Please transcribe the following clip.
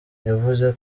yavuze